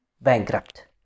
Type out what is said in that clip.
bankrupt